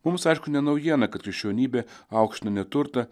mums aišku ne naujiena kad krikščionybė aukština ne turtą